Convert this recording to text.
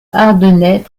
ardennais